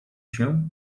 się